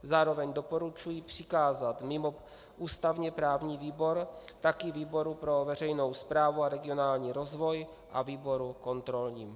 Zároveň doporučuji přikázat mimo ústavněprávní výbor také výboru pro veřejnou správu a regionální rozvoj a výboru kontrolnímu.